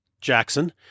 Jackson